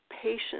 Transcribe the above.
patient